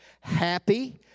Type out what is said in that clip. happy